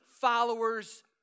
followers